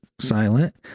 silent